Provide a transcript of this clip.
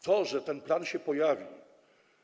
To, że ten plan się pojawił.